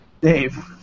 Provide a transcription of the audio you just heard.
Dave